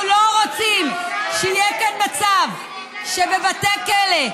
אנחנו לא רוצים שיהיה כאן מצב שבבתי כלא,